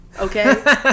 Okay